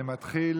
אני מתחיל